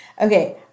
okay